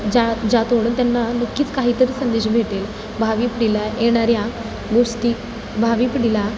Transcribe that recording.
ज्या ज्यातून त्यांना नुकीच काहीतरी संदेश भेटेल भावी पिढीला येणाऱ्या गोष्टी भावी पिढीला